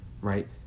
right